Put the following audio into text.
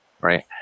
Right